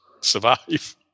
survive